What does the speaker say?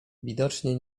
widocznie